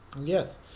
Yes